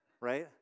right